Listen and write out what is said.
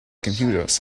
computers